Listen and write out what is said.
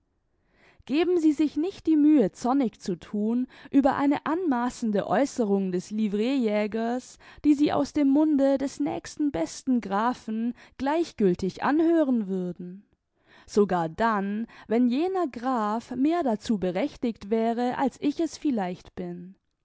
geben sie sich nicht die mühe zornig zu thun über eine anmassende aeußerung des livreejägers die sie aus dem munde des nächsten besten grafen gleichgiltig anhören würden sogar dann wenn jener graf mehr dazu berechtiget wäre als ich es vielleicht bin